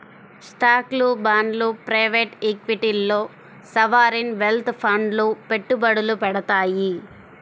స్టాక్లు, బాండ్లు ప్రైవేట్ ఈక్విటీల్లో సావరీన్ వెల్త్ ఫండ్లు పెట్టుబడులు పెడతాయి